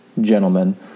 gentlemen